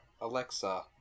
Alexa